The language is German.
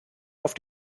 auf